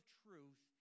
truth